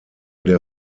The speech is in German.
der